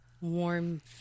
warm